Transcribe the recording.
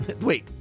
wait